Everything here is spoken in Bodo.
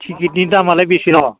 टिकेटनि दामालाय बेसेबां